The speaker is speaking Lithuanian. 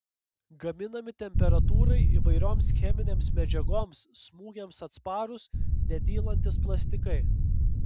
gaminami temperatūrai įvairioms cheminėms medžiagoms smūgiams atsparūs nedylantys plastikai